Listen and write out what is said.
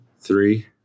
Three